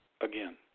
again